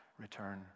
return